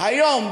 היום,